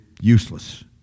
useless